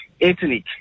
ethnic